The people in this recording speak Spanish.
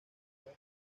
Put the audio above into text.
dura